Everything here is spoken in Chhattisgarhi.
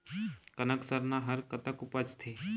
कनक सरना हर कतक उपजथे?